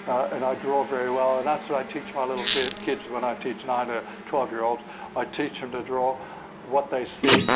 and i draw very well and that's what i teach my little kids. when i teach nine or twelve year olds i teach them to draw what they see.